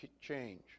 change